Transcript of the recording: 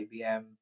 IBM